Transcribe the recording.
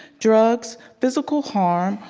drugs, physical harm,